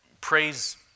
praise